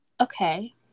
Okay